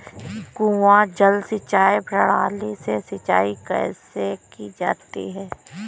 कुआँ जल सिंचाई प्रणाली से सिंचाई कैसे की जाती है?